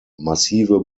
massive